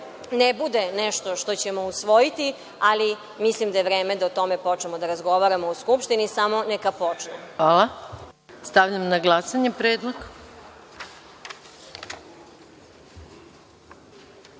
ne bude nešto što ćemo usvojiti, ali mislim da je vreme da o tome počnemo da razgovaramo u Skupštini, samo neka počne. **Maja Gojković** Hvala. Stavljam na glasanje predlog. Molim